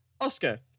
Oscar